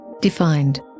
Defined